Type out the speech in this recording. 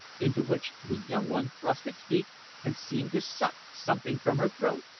into which the young one thrust its beak and seemed to suck something from her throat.